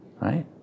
right